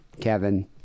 Kevin